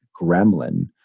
gremlin